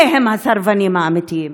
אלה הם הסרבנים האמיתיים.